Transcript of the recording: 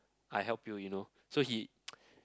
I help you you know so he